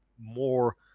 more